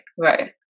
right